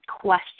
question